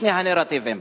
שני הנרטיבים,